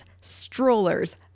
strollers